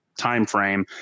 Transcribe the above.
timeframe